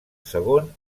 segon